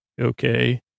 Okay